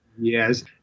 Yes